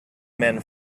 men